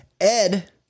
Ed